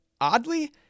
oddly